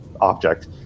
object